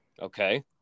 Okay